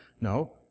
no